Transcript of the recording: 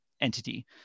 Entity